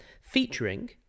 featuring